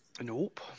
Nope